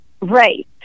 Right